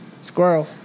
Squirrel